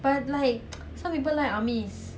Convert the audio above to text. but he don't want but he really like ah